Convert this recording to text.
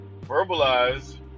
Verbalize